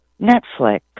Netflix